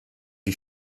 die